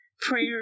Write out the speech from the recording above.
Prayer